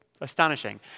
Astonishing